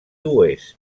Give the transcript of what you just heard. oest